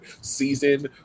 season